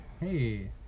Hey